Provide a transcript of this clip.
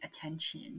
attention